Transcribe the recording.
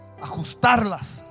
ajustarlas